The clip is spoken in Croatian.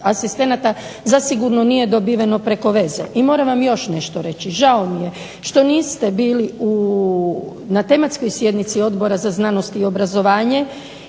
asistenata zasigurno nije dobiveno preko veze. I moram vam još nešto reći. Žao mi je što niste bili na tematskoj sjednici Odbora za znanosti i obrazovanje